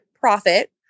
profit